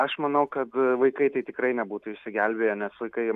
aš manau kad vaikai tai tikrai nebūtų išsigelbėję nes vaikai